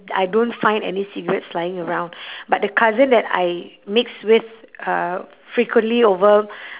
I don't find any cigarettes lying around but the cousin that I mix with uh frequently over